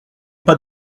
pas